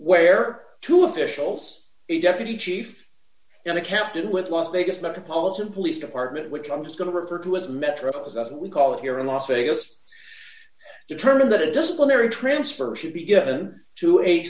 where two officials a deputy chief and a captain with las vegas metropolitan police department which i'm just going to refer to as metros as we call it here in las vegas determined that a disciplinary transfer should be given to a